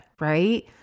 right